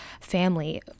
family